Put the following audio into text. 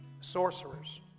sorcerers